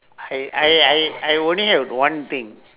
I I I I only have one thing